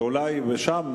ואולי שם,